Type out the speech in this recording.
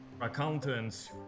accountants